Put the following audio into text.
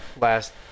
Last